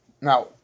now